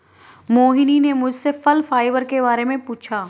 मोहिनी ने मुझसे फल फाइबर के बारे में पूछा